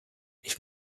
ich